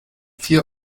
vier